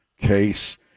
case